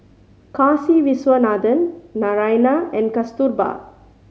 Kasiviswanathan Naraina and Kasturba